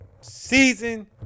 season